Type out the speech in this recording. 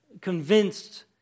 convinced